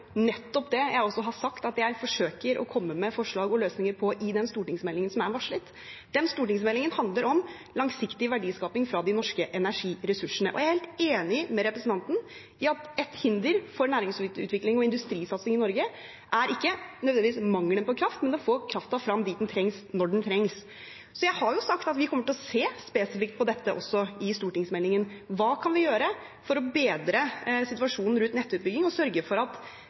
det jeg har sagt at jeg forsøker å komme med forslag til og løsninger på i den stortingsmeldingen som er varslet. Den stortingsmeldingen handler om langsiktig verdiskaping fra de norske energiressursene, og jeg er helt enig med representanten i at et hinder for næringsutvikling og industrisatsing i Norge ikke nødvendigvis er mangelen på kraft, men å få kraften frem dit den trengs, når den trengs. Jeg har sagt at vi kommer til å se spesifikt på dette også i stortingsmeldingen – hva vi kan gjøre for å bedre situasjonen rundt nettutbygging og sørge for at